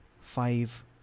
five